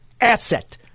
asset